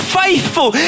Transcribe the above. faithful